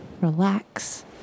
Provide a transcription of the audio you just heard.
Relax